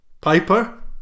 Piper